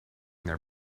their